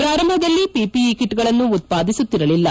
ಪ್ರಾರಂಭದಲ್ಲಿ ಪಿಪಿಇ ಕಿಟ್ಗಳನ್ನು ಉತ್ಪಾದಿಸುತ್ತಿರಲಿಲ್ಲ